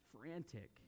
frantic